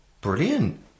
Brilliant